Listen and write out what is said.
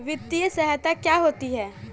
वित्तीय सहायता क्या होती है?